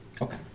Okay